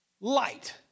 light